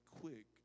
quick